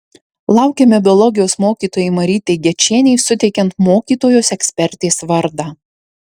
laukiame biologijos mokytojai marytei gečienei suteikiant mokytojos ekspertės vardą